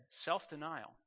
self-denial